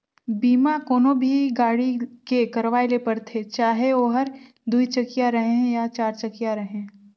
बीमा कोनो भी गाड़ी के करवाये ले परथे चाहे ओहर दुई चकिया रहें या चार चकिया रहें